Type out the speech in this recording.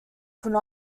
could